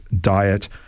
diet